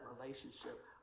relationship